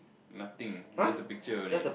nothing just a picture only